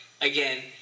again